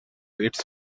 its